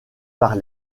par